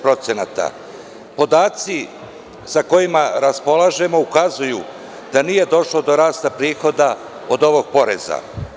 Podaci sa kojima raspolažemo ukazuju da nije došlo do rasta prihoda od ovog poreza.